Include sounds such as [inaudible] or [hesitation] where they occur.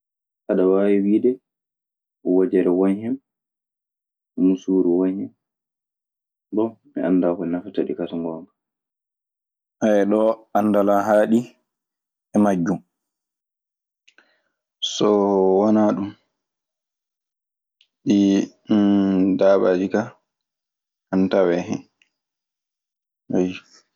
Aɗa waawi wiide wojere won hen, muusuuru won hen. Bon mi anndaa ko nafata ɗi kaa so ngoonga. [hesitation] ɗoo anndal an haaɗi e majjun. Soo wanaa ɗun ɗii [hesitation] daabaji ka ana tawee hen, ayyo.